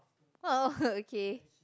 oh oh okay